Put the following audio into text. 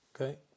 Okay